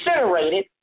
incinerated